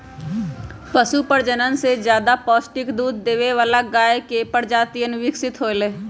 पशु प्रजनन से ज्यादा पौष्टिक दूध देवे वाला गाय के प्रजातियन विकसित होलय है